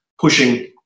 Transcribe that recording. pushing